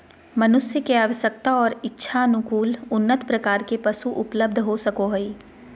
मनुष्य के आवश्यकता और इच्छानुकूल उन्नत प्रकार के पशु उपलब्ध हो सको हइ